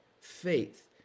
faith